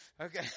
Okay